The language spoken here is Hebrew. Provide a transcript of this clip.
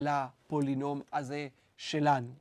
לפולינום הזה שלנו.